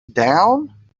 down